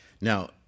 Now